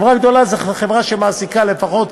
חברה גדולה היא חברה שמעסיקה לפחות,